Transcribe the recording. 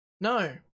No